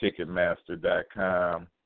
Ticketmaster.com